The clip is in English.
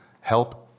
help